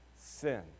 sin